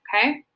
okay